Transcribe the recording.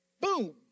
Boom